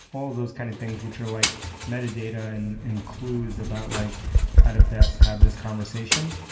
all those kind of things which are like metadata and and clues about like how to best have this conversation.